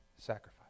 sacrifice